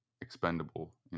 expendable